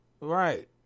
Right